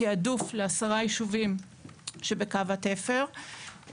התעדוף לעשרה ישובים שבקו התפר.